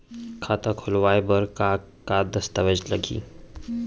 खाता खोलवाय बर का का दस्तावेज लागही?